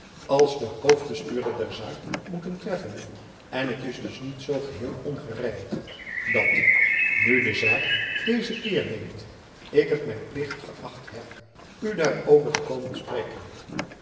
als den hoofdbestuurder der zaak moeten treffen en het is dus niet zoo geheel ongerijmd dat nu de zaak dezen keer neemt ik het mijn plicht geächt heb u daarover te komen spreken